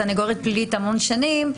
וכסנגורית פלילית המון שנים,